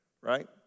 Right